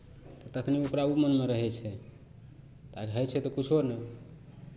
तखनि ओकरा ओ मनमे रहै छै तऽ होइ छै तऽ किछो नहि